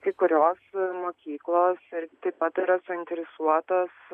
kai kurios mokyklos ir taip pat yra suinteresuotos